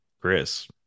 chris